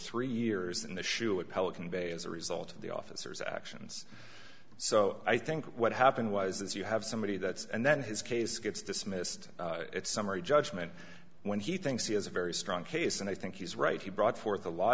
three years in the shoe at pelican bay as a result of the officer's actions so i think what happened was that you have somebody that's and then his case gets dismissed it's summary judgment when he thinks he has a very strong case and i think he's right he brought forth a lot